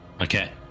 okay